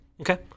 Okay